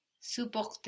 supporter